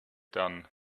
done